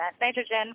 nitrogen